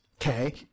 okay